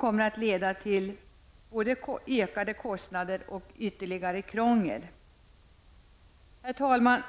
kommer att leda till både ökade kostnader och ytterligare krångel. Herr talman!